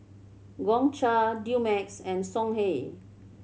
Gongcha Dumex and Songhe